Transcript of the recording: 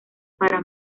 para